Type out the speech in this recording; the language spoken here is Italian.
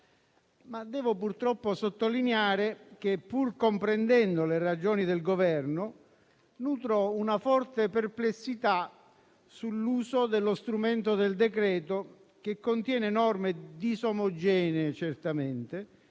Devo purtroppo sottolineare che, pur comprendendo le ragioni del Governo, nutro una forte perplessità sull'uso dello strumento del decreto-legge, che contiene norme certamente